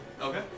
Okay